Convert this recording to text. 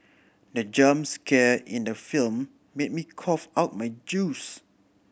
the jump scare in the film made me cough out my juice